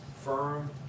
firm